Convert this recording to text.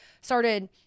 started